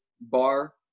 bar